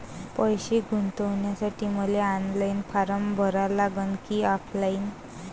पैसे गुंतन्यासाठी मले ऑनलाईन फारम भरा लागन की ऑफलाईन?